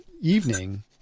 evening